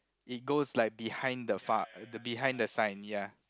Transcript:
it goes like behind the far behind the sign ya